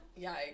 Yikes